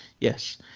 Yes